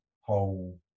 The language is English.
whole